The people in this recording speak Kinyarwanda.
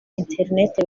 internet